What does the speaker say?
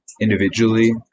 individually